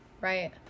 Right